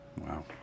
Wow